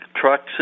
trucks